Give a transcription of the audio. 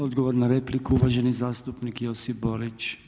Odgovor na repliku uvaženi zastupnik Josip Borić.